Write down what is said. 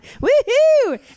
Woo-hoo